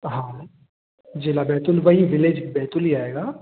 हाँ जिला बैतूल वही विलेज बैतूल ही आएगा